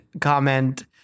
comment